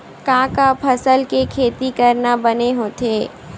का का फसल के खेती करना बने होथे?